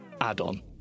add-on